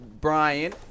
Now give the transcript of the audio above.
Brian